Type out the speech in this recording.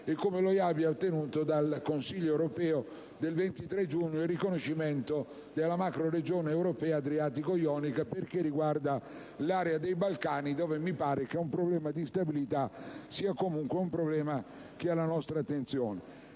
e come lo IAI abbia ottenuto dal Consiglio europeo del 23 giugno il riconoscimento della macroregione europea adriatico‑ionica, perché riguarda l'area dei Balcani, dove mi pare che un problema di stabilità sia comunque alla nostra attenzione.